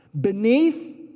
beneath